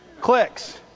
Clicks